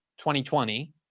2020